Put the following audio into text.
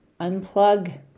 unplug